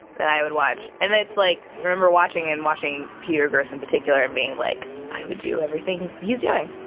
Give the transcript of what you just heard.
that i would watch and then it's, like remember watching and watching peter grosz, in particular, and being like, i would do everything he's doing.